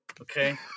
Okay